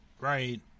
Right